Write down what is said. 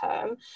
term